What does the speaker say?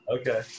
Okay